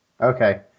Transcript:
okay